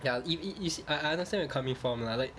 ya if it is I I understand where you coming from lah like